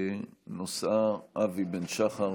שנושאה: אבי בן שחר.